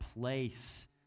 place